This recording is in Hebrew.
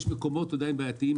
יש מקומות עדיין בעייתיים,